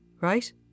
Right